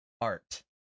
art